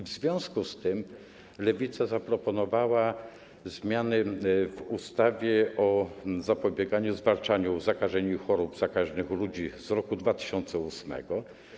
W związku z tym Lewica zaproponowała zmiany w ustawie o zapobieganiu oraz zwalczaniu zakażeń i chorób zakaźnych u ludzi z roku 2008.